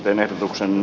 övertuksen